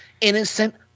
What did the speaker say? innocent